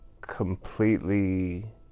completely